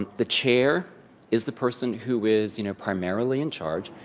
the chair is the person who is, you know, primarily in charge.